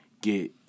get